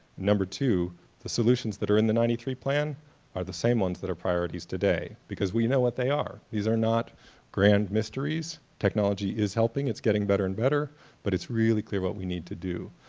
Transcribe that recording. number two the solutions that are in the ninety three plan are the same ones that are priorities today because we know what they are. these are not grand mysteries, technology is helping, it's getting better and better but it's really clear what we need to do.